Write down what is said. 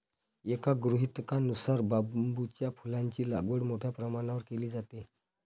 एका गृहीतकानुसार बांबूच्या फुलांची लागवड मोठ्या प्रमाणावर केली जाते